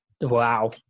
wow